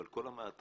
אבל כל המעטפות